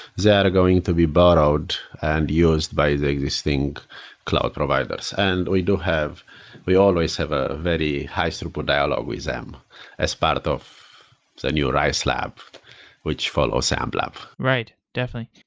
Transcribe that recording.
are going to be borrowed and used by the existing cloud providers. and we do have we always have a very high-throughput dialogue with them as part of the new riselab, which follows amplab. right. definitely.